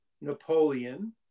Napoleon